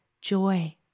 joy